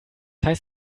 heißt